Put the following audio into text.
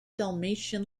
dalmatian